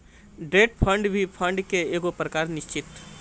debt fund भी fund के एगो प्रकार निश्चित